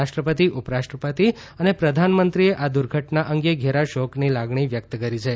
રાષ્ટ્રપતિ ઉપરાષ્ટ્રપતિ અને પ્રધાનમંત્રીએ આ દુર્ઘટના અંગે ઘેરા શોકની લાગણી વ્યક્ત કરી છે